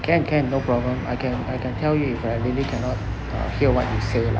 can can no problem I can I can tell you if I really cannot hear what you say